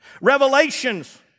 Revelations